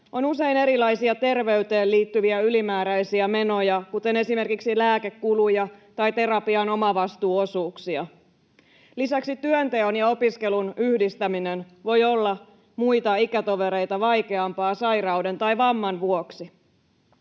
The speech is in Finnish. on usein erilaisia terveyteen liittyviä ylimääräisiä menoja, esimerkiksi lääkekuluja tai terapian omavastuuosuuksia. Lisäksi työnteon ja opiskelun yhdistäminen voi olla muita ikätovereita vaikeampaa sairauden tai vamman vuoksi.